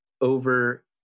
over